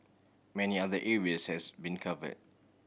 many other areas has been cover